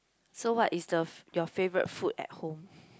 so what is the your favourite food at home